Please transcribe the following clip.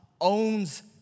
owns